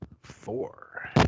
four